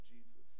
Jesus